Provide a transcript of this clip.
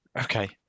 Okay